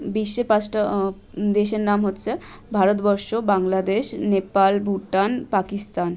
বিশ্বের পাঁচটা দেশের নাম হচ্ছে ভারতবর্ষ বাংলাদেশ নেপাল ভুটান পাকিস্তান